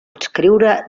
adscriure